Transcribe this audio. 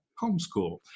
homeschool